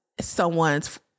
someone's